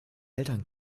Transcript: eltern